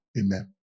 Amen